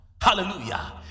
Hallelujah